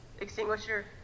extinguisher